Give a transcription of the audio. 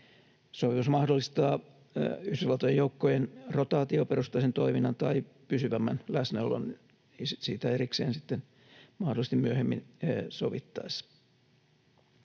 joukkojen rotaatioperustaisen toiminnan tai pysyvämmän läsnäolon siitä erikseen sitten mahdollisesti myöhemmin sovittaessa.